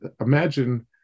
imagine